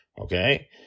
Okay